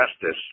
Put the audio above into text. justice